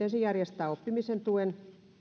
järjestää oppimisen tukea